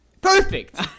Perfect